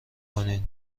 کنین